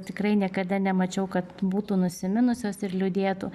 tikrai niekada nemačiau kad būtų nusiminusios ir liūdėtų